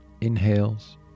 inhales